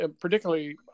particularly